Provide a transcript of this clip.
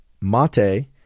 mate